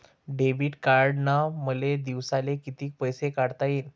Debit कार्डनं मले दिवसाले कितीक पैसे काढता येईन?